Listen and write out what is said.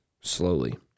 slowly